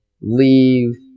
leave